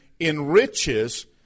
enriches